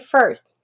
first